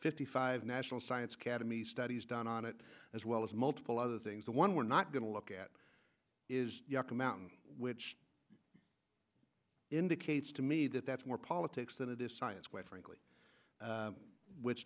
fifty five national science cademy studies done on it as well as multiple other things the one we're not going to look at is the mountain which indicates to me that that's more politics than it is science quite frankly which